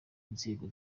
inzego